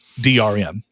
DRM